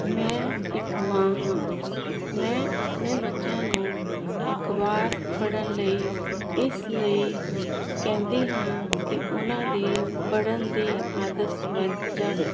ਮੈਂ ਇਕ ਮਾਂ ਹਾਂ ਮੈਂ ਆਪਣੇ ਬੱਚਿਆਂ ਨੂੰ ਅਖਬਾਰ ਪੜਨ ਲਈ ਇਸ ਲਈ ਕਹਿੰਦੀ ਹਾਂ ਕੀ ਉਹਨਾਂ ਦੀ ਪੜਨ ਦੀ ਆਦਤ ਬਣ ਜਾਵੇ